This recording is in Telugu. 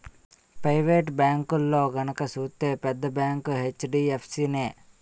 పెయివేటు బేంకుల్లో గనక సూత్తే పెద్ద బేంకు హెచ్.డి.ఎఫ్.సి నే